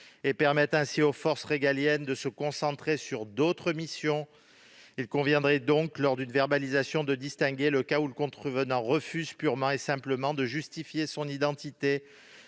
qui permettrait aux forces régaliennes de se concentrer sur d'autres missions. Il conviendrait donc, lors d'une verbalisation, de distinguer le cas où le contrevenant refuse purement et simplement de justifier de son identité